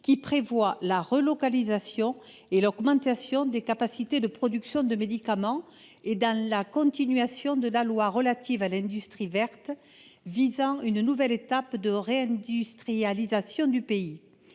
qui prévoit la relocalisation et l’augmentation des capacités de production de médicaments, et dans l’esprit de la loi relative à l’industrie verte, qui vise une nouvelle étape de réindustrialisation du pays.